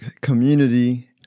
community